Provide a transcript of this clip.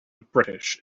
british